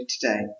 today